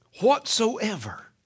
Whatsoever